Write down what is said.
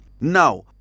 Now